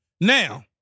Now